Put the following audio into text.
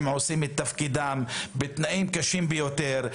הם עושים את תפקידם בתנאים קשים ביותר.